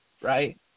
right